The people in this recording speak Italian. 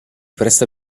presta